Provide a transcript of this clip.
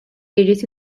irid